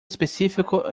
específico